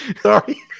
Sorry